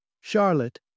Charlotte